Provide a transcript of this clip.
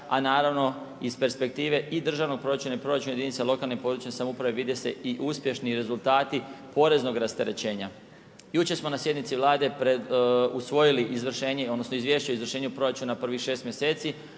a naravno i iz perspektive i državnog proračuna i proračuna jedinica lokalne područne samouprave, vide se i uspješni rezultati poreznog rasterećenja. Jučer smo na sjednici Vlade, usvojili izvršenje, odnosno, izvješte o izvršenju proračuna u prvih 6 mjeseci.